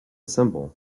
symbol